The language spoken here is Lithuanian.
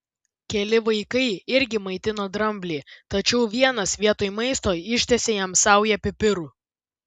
keli vaikai irgi maitino dramblį tačiau vienas vietoj maisto ištiesė jam saują pipirų